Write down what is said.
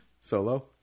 Solo